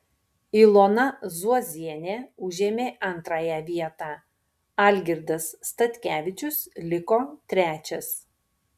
ilona zuozienė užėmė antrąją vietą algirdas statkevičius liko trečias